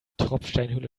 tropfsteinhöhle